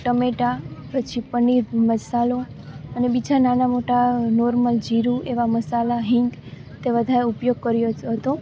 ટામેટાં પછી પનીર મસાલો અને બીજા નાનાં મોટાં નોર્મલ જીરું એવા મસાલા હિંગ તે વધારે ઉપયોગ કર્યો હતો